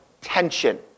tension